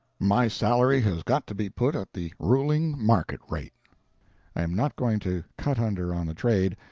my salary has got to be put at the ruling market rate i am not going to cut under on the trade,